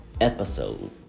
episode